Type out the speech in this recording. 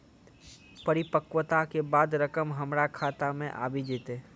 परिपक्वता के बाद रकम हमरा खाता मे आबी जेतै?